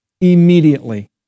Immediately